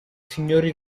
signori